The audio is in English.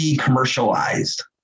commercialized